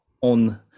on